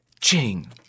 Ching